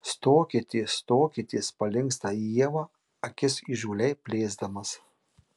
stokitės stokitės palinksta į ievą akis įžūliai plėsdamas